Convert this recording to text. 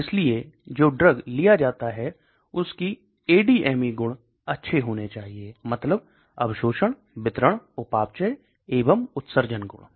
इसलिए जो ड्रग लिया जाता है उसकी ADME गुण अच्छे होने चाहिए मतलब अवशोषण वितरण उपापचय एवं उत्सर्जन गुण